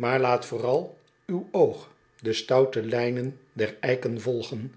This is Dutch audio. aar laat vooral uw oog de stoute lijnen der eiken volgen